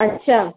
अच्छा